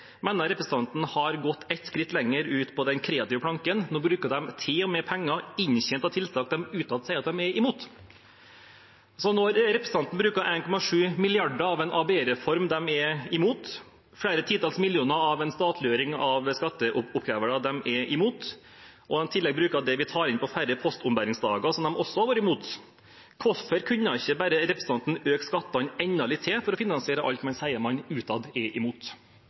imot. Så når representanten bruker 1,7 mrd. kr av en ABE-reform de er imot, flere titalls millioner av en statliggjøring av skatteoppkrevere de er imot, og i tillegg bruker det vi tar inn på færre postombæringsdager, som de også har vært imot – hvorfor kunne ikke bare representanten økt skattene enda litt til for å finansiere alt man utad sier man er imot?